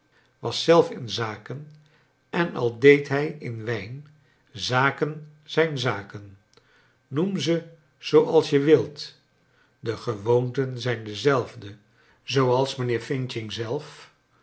was zelf in zaken en al deed hij in wijn zaken zijn zaken iioem ze zooals je wilt de gewoonten zijn dezelfde zooals mijnheer f zelf